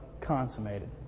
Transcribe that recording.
consummated